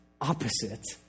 opposite